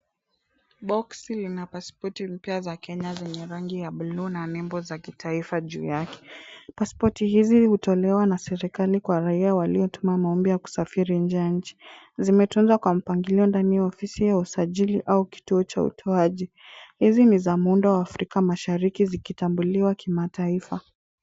Boksi lina pasipoti mpya za Kenya zenye rangi ya buluu na nembo za kitaifa juu yake. Pasipoti hizi hutolewa na serikali kwa raia waliotuma maombi ya kusafiri nje ya nchi. Zimetunzwa kwa mpangilio ndani ya ofisi ya usajili au kituo cha utoaji. Hizi ni za muundo wa Afrika Mashariki zikitambuliwa kimataifa.